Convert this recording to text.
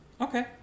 Okay